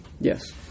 Yes